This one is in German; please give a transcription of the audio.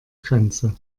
grenze